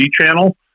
channel